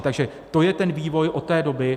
Takže to je ten vývoj od té doby.